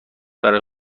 برای